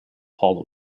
hollow